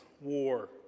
war